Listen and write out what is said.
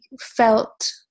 felt